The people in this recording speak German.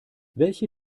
welche